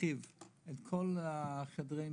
להרחיב את כל חדרי המיון,